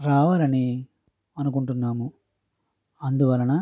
రావాలని అనుకుంటున్నాము అందువలన